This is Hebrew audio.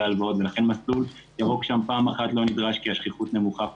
הלוואות ולכן מסלול ירוק לא נדרש כי השכיחות נמוכה ושנית,